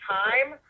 time